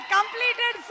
Completed